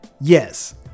yes